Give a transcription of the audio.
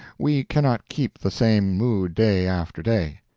we cannot keep the same mood day after day.